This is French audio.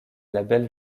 labels